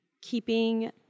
keeping